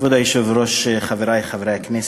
כבוד היושב-ראש, תודה, חברי חברי הכנסת,